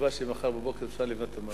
בתקווה שמחר בבוקר אפשר לבנות את המרפסת.